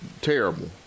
terrible